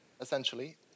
essentially